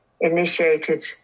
initiated